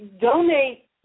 Donate